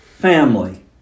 family